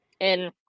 And-